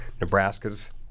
Nebraska's